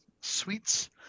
sweets